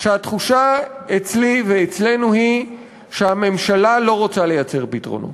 שהתחושה אצלי ואצלנו היא שהממשלה לא רוצה לייצר פתרונות,